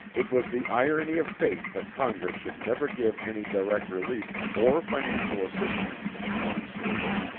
it was the irony of fate that congress should never give any direct relief or financial assistance to the pony service.